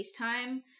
facetime